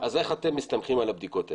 אז איך אתם מסתמכים על הבדיקות האלה?